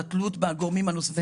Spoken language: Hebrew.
התלות בגורמים הנוספים.